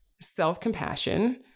self-compassion